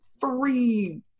three